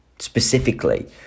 Specifically